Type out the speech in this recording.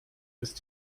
ist